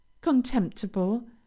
contemptible